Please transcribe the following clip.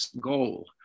goal